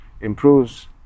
improves